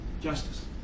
justice